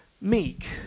meek